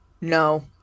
no